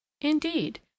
indeed